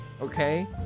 okay